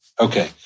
Okay